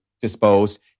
disposed